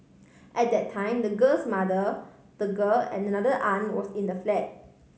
at that time the girl's mother the girl and another aunt was in the flat